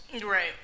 Right